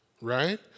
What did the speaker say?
right